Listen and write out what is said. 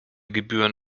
gebühren